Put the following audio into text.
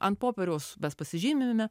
ant popieriaus mes pasižymime